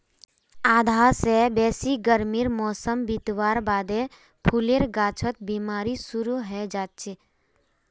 आधा स बेसी गर्मीर मौसम बितवार बादे फूलेर गाछत बिमारी शुरू हैं जाछेक